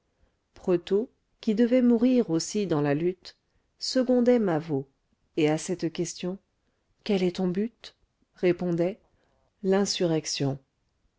pretot qui devait mourir aussi dans la lutte secondait mavot et à cette question quel est ton but répondait l'insurrection